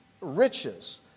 Riches